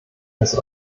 als